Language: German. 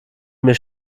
mir